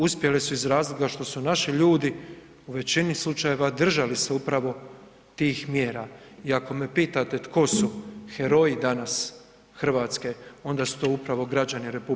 Uspjele su iz razloga što su naši ljudi u većini slučajeva držali se upravo tih mjera i ako me pitate tko su heroji danas Hrvatske, onda su to upravo građani RH.